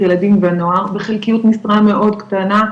ילדים ונוער בחלקיות משרה מאוד קטנה,